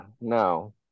no